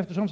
Eftersom